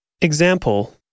Example